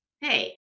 hey